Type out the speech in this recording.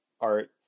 art